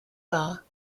bar